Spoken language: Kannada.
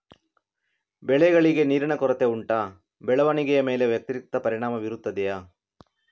ಬೆಳೆಗಳಿಗೆ ನೀರಿನ ಕೊರತೆ ಉಂಟಾ ಬೆಳವಣಿಗೆಯ ಮೇಲೆ ವ್ಯತಿರಿಕ್ತ ಪರಿಣಾಮಬೀರುತ್ತದೆಯೇ?